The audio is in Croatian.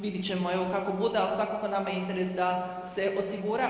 Vidjet ćemo evo kako bude, ali svakako nam je interes da se osigura.